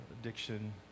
addiction